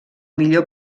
millor